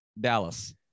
Dallas